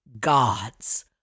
Gods